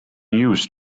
used